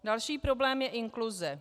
Další problém je inkluze.